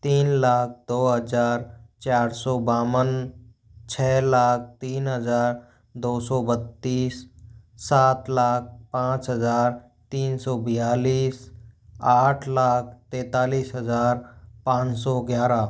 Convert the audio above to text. तीन लाख दो हज़ार चार सौ बावन छः लाख तीन हज़ार दो सौ बत्तीस सात लाख पाँच हज़ार तीन सौ बयालीस आठ लाख तैंतालिस हज़ार पाँच सौ ग्यारह